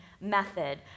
method